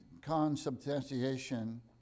consubstantiation